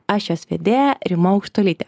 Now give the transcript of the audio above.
aš jos vedėja rima aukštuolytė